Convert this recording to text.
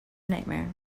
nightmare